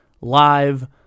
live